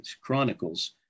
Chronicles